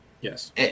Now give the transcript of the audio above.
Yes